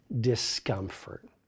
discomfort